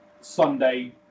Sunday